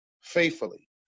Faithfully